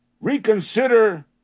Reconsider